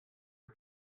her